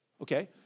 Okay